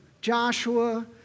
Joshua